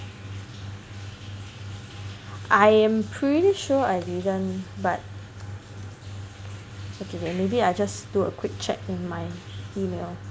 I am pretty sure I didn't but okay maybe I just do a quick check in my email